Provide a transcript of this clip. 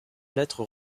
lettre